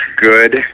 good